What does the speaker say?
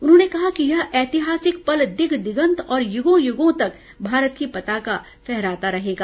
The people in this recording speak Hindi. उन्होंने कहा कि यह ऐतिहासक पल दिग दिगन्त और युगों युगों तक भारत की पताका फहराता रहेगा